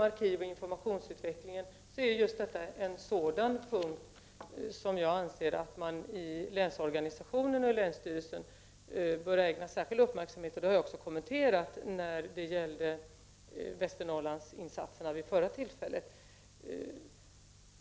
Arkivoch informationsutvecklingen är en sådan punkt som jag anser att länsstyrelsen och länsorganisationen i övrigt bör ägna särskild uppmärksamhet åt, och det har jag också kommenterat när det gällde Västernorrlandsinsatserna vid det förra tillfället.